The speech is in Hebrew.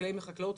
חקלאים לחקלאות.